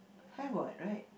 have what right